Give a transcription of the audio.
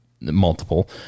multiple